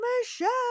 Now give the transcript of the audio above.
michelle